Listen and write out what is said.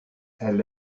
elle